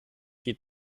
viel